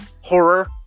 horror